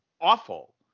awful